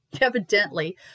Evidently